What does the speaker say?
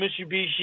Mitsubishi